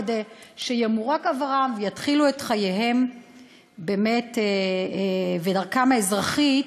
כדי שימורק עברם ויתחילו את חייהם ודרכם האזרחית